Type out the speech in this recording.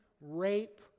rape